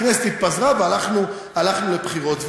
הכנסת התפזרה והלכנו לבחירות.